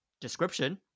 description